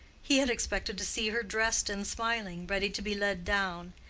he had expected to see her dressed and smiling, ready to be led down.